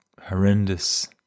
horrendous